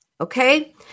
Okay